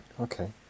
okay